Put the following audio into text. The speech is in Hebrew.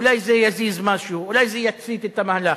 אולי זה יזיז משהו, אולי זה יציף את המהלך?